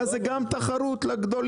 ואז זה גם תחרות לגדולים,